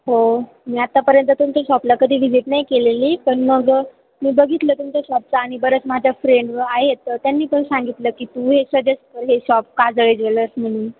हो मी आत्तापर्यंत तुमच्या शॉपला कधी व्हिजिट नाही केलेली पण मग मी बघितलं तुमच्या शॉपचं आणि बरंच माझ्या फ्रेंड आहेत तर त्यांनी पण सांगितलं की तू हे सजेस्ट कर हे शॉप काजळे ज्वेलर्स म्हणुन